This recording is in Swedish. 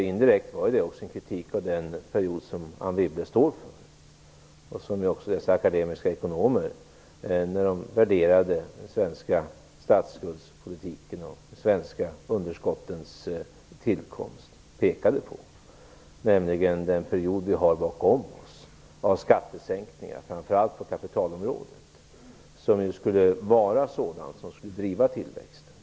Indirekt var det också en kritik av den period som Anne Wibble står för. Också när de akademiska ekonomerna värderade den svenska statsskuldspolitiken och de svenska underskottens tillkomst pekade de på den period vi har bakom oss. Det rörde sig då om skattesänkningar, framför allt på kapitalområdet, som ju var sådant som skulle driva tillväxten framåt.